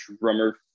drummer